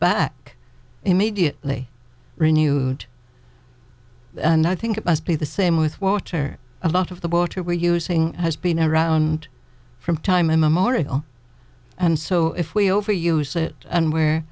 but immediately renewed and i think it was be the same with water a lot of the water we're using has been around from time immemorial and so if we overuse it and where